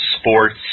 sports